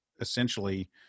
essentially